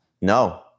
No